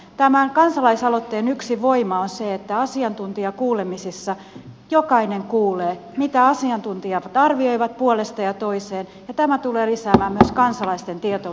tämän kansalaisaloitteen yksi voima on se että asiantuntijakuulemisissa jokainen kuulee mitä asiantuntijat arvioivat puoleen ja toiseen ja tämä tulee lisäämään myös kansalaisten tieto